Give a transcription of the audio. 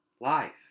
life